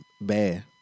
bad